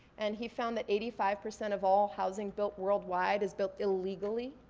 and he found that eighty five percent of all housing built worldwide is built illegally.